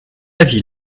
avis